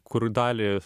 kur dalį